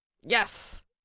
Yes